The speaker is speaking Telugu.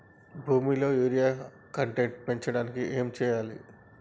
భూమిలో యూరియా కంటెంట్ పెంచడానికి ఏం చేయాలి?